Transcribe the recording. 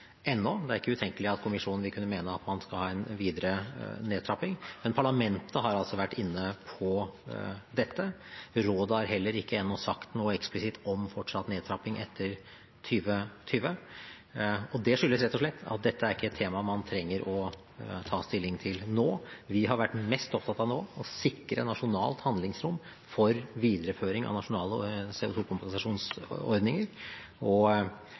ennå. Det er ikke utenkelig at kommisjonen vil kunne mene at man skal ha en videre nedtrapping, men parlamentet har altså vært inne på dette. Rådet har ennå heller ikke sagt noe eksplisitt om fortsatt nedtrapping etter 2020. Det skyldes rett og slett at dette er ikke et tema man trenger å ta stilling til nå. Vi har nå vært mest opptatt av å sikre nasjonalt handlingsrom for videreføring av nasjonale CO2-kompensasjonsordninger, og